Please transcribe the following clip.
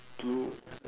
blue